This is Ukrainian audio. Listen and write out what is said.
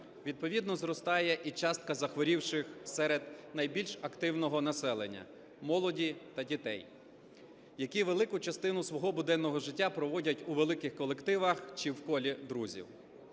відповідно зростає і частка захворівших серед найбільш активного населення – молоді та дітей, які велику частину свого буденного життя проводять у великих колективах чи в колі друзів.